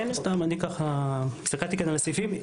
סתם, אני ככה הסתכלתי כאן על הסעיפים.